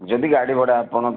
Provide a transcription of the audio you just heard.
ଯଦି ଗାଡ଼ି ଭଡ଼ା ଆପଣ